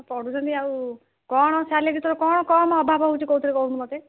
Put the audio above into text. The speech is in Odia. ପଢ଼ୁଛନ୍ତି ଆଉ କ'ଣ ସାଲେରୀ ତୋର କ'ଣ କମ୍ ଅଭାବ ହେଉଛି କେଉଁଥିରେ କହୁନୁ ମୋତେ